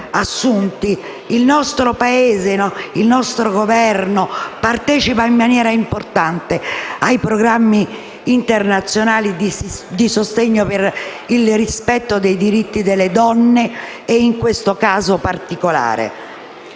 Il nostro Paese e il nostro Governo partecipano in maniera importante ai programmi internazionali di sostegno per il rispetto dei diritti delle donne e a quelli relativi a